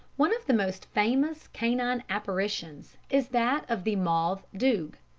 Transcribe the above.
one of the most famous canine apparitions is that of the mauthe doog,